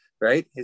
right